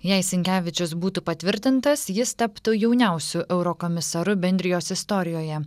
jei sinkevičius būtų patvirtintas jis taptų jauniausiu eurokomisaru bendrijos istorijoje